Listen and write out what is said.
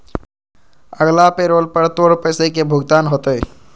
अगला पैरोल पर तोर पैसे के भुगतान होतय